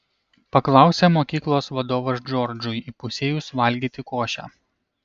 paklausė mokyklos vadovas džordžui įpusėjus valgyti košę